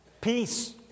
peace